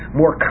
more